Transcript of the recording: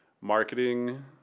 marketing